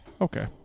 okay